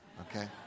okay